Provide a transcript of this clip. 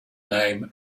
name